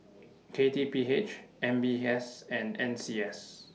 K T P H M B S and N C S